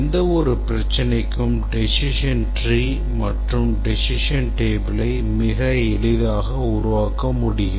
எந்தவொரு பிரச்சினைக்கும் decision tree மற்றும் decision tableயை மிக எளிதாக உருவாக்க முடியும்